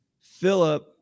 Philip